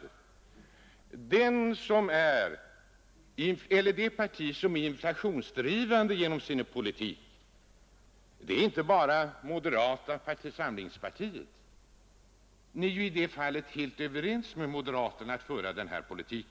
Det är inte bara moderata samlingspartiet som är inflationsdrivande genom sin politik; ni är ju helt överens med moderaterna om att föra denna politik.